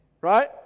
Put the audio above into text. Right